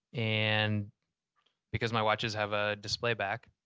and because my watches have a display back,